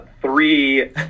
Three